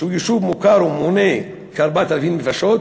שהוא יישוב מוכר ומונה כ-4,000 נפשות,